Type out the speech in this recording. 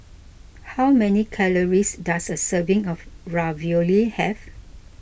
how many calories does a serving of Ravioli have